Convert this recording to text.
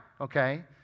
Okay